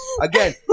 again